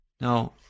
Now